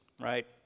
right